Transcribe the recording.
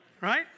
right